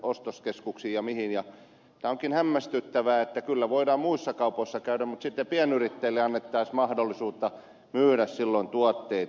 tämä onkin hämmästyttävää että kyllä voidaan muissa kaupoissa käydä mutta sitten pienyrittäjille ei annettaisi mahdollisuutta myydä silloin tuotteita